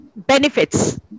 Benefits